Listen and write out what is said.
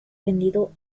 vendido